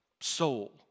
soul